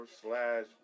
slash